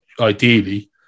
ideally